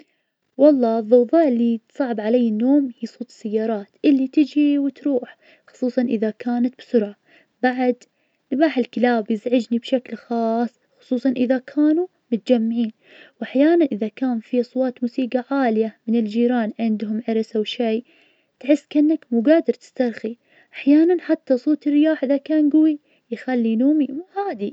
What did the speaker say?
والله الضوضاء اللي تصعب علي النوم هي صوت السيارات, اللي تيجي وتروح, خصوصاً إذا كانت بسرعة, بعد نباح الكلاب يزعجني بشكل خاص, خصوصاً إذا كانوا متجمعين, وأحياناً إذا كان في أصوات موسيقى عالية من الجيران, عندهم عرس أو شي, تحس كنك مو قادر تسترخي, أحياناً حتى صوت الرياح إذا كان قوي يخلي نومي مو عادي.